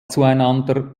zueinander